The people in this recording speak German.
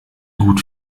gut